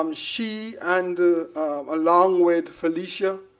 um she and along with felicia,